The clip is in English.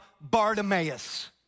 Bartimaeus